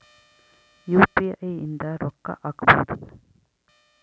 UPI ಇಂದ ರೊಕ್ಕ ಹಕ್ಬೋದು